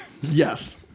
Yes